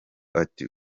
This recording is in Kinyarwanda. ati